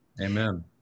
Amen